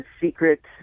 secret